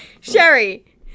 Sherry